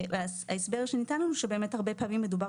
ההסבר שניתן לנו הוא שהרבה פעמים מדובר